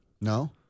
No